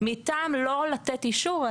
מטעם לא לתת אישור,